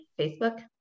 Facebook